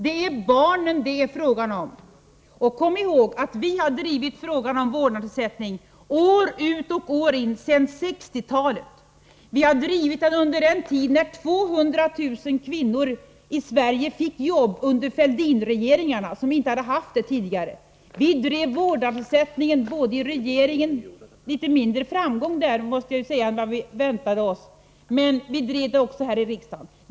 Det är barnen det är fråga om. Kom ihåg att vi har drivit frågan om vårdnadsersättning år ut och år in sedan 1960-talet. Vi har drivit den frågan under den tid då 200 000 kvinnor i Sverige som inte haft jobb tidigare fick det - under Fälldinregeringarna. Vi drev frågan om vårdnadsersättning i regeringsställning — med litet mindre framgång än vad vi hade väntat oss, måste jag säga — och vi drev den frågan även här i riksdagen.